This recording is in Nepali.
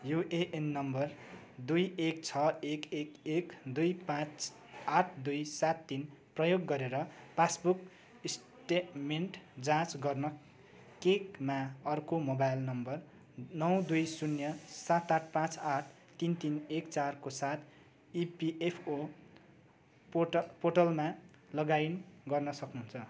युएएन नम्बर दुई एक छ एक एक एक दुई पाँच आठ दुई सात तिन प्रयोग गरेर पासबुक स्टेटमेन्ट जाँच गर्न केकमा अर्को मोबाइल नम्बर नौ दुई शून्य सात आठ पाँच आठ तिन तिन एक चारको साथ इपिएफओ पोर्टल पोर्टलमा लगइन गर्न सक्नुहुन्छ